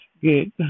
good